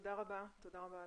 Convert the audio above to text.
תודה רבה על